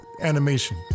animation